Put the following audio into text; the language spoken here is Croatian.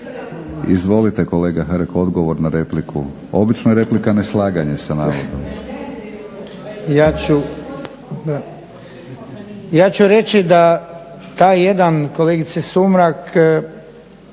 Izvolite kolega Hrg, odgovor na repliku. Obično je replika neslaganje sa navodom. …/Upadica se ne čuje./…